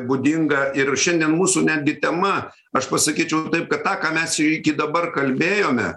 būdinga ir šiandien mūsų netgi tema aš pasakyčiau taip kad tą ką mes čia iki dabar kalbėjome